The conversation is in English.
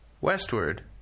westward